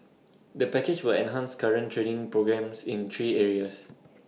the package will enhance current training programmes in three areas